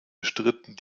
bestritten